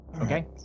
okay